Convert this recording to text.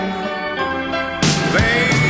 Baby